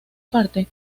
parte